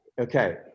Okay